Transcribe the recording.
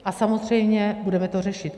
A samozřejmě budeme to řešit.